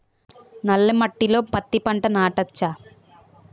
నల్ల మట్టిలో పత్తి పంట నాటచ్చా?